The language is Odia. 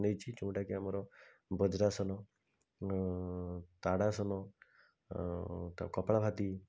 ନେଇଛି ଯେଉଁଟାକି ଆମର ବଜ୍ରାସନ ତାଡ଼ାସନ ତ କପାଳଭାତି